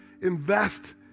invest